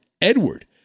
Edward